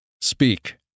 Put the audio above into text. Speak